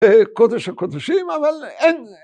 קודש הקודשים אבל